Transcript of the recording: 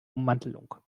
ummantelung